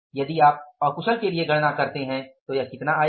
यदि आप अकुशल के लिए गणना करते हैं तो यह कितना आएगा